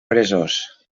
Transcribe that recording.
peresós